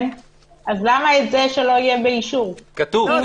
אז למה שזה לא יהיה באישור מראש?